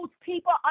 people